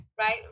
right